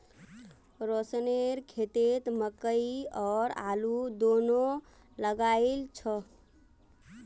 रोशनेर खेतत मकई और आलू दोनो लगइल छ